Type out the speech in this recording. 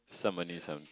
some money some